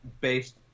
based